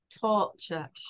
torture